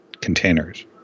containers